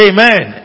Amen